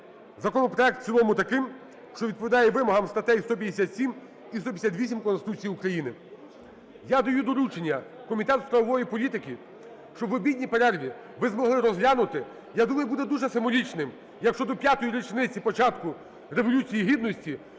законопроект в цілому таким, що відповідає вимогам статей 157 і 158 Конституції України. Я даю доручення Комітету з правової політики, щоб в обідній перерві ви змогли розглянути, я думаю, буде дуже символічним, якщо до 5-ї річниці початку Революції Гідності